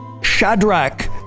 Shadrach